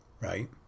right